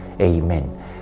Amen